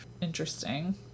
interesting